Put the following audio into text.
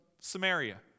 Samaria